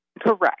Correct